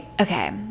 okay